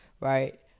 right